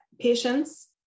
patients